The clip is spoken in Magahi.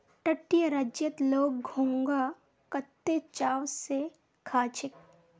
तटीय राज्यत लोग घोंघा कत्ते चाव स खा छेक